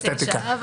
שבע שנים ותשע שנים.